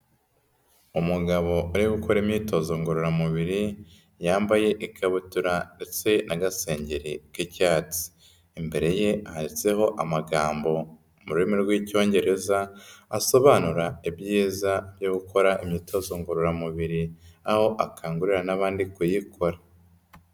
Umugabo uri gukora imyitozo ngororamubiri yambaye ikabutura ndetse agasengeri k'icyatsi, imbere ye handitseho amagambo mu rurimi rw'icyongereza asobanura ibyiza byo gukora imyitozo ngororamubiri, aho akangurira n'abandi kuyikora.